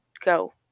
go